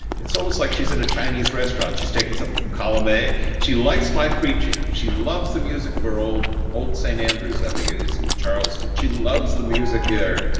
it's almost like she's in a chinese restaurant, she's taking something from column b. she likes my preaching. she loves the music of her old old st. andrews i think it is, in charleston she loves the music here,